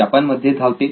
ती जापान मध्ये धावते